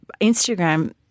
Instagram